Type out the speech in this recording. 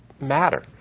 matter